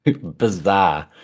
bizarre